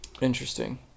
Interesting